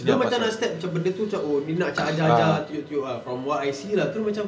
dia macam nak step macam benda tu oh ni macam nak ajar-ajar tunjuk-tunjuk from what I see lah terus macam